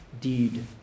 deed